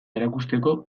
erakusteko